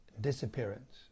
disappearance